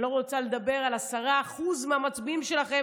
אני לא רוצה לדבר על 10% מהמצביעים שלכם,